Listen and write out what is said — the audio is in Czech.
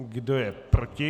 Kdo je proti?